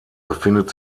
befindet